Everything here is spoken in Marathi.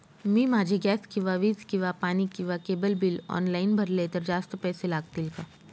मी माझे गॅस किंवा वीज किंवा पाणी किंवा केबल बिल ऑनलाईन भरले तर जास्त पैसे लागतील का?